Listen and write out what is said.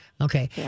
Okay